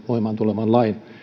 voimaan tulevan lain